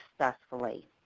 successfully